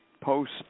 post